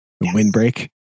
Windbreak